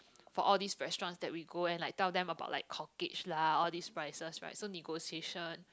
for all these restaurants that we go and tell them about like lah all these prices right so negotiation